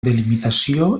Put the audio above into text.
delimitació